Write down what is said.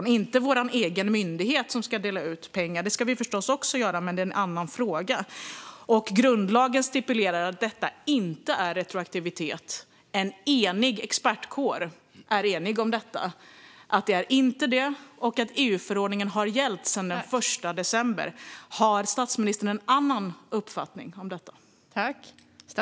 Det är inte vår egen myndighet som ska dela ut pengar. Det ska vi förstås också göra, men det är en annan fråga. Grundlagen stipulerar att detta inte är retroaktivitet. Expertkåren är enig om det inte är det. EU-förordningen har gällt sedan den 1 december. Har statsministern en annan uppfattning om detta?